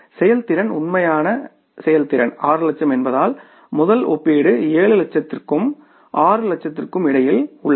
செயல்திறன் உண்மையான செயல்திறன் 6 லட்சம் என்பதால் முதல் ஒப்பீடு 7 லட்சத்துக்கும் 6 லட்சத்துக்கும் இடையில் உள்ளது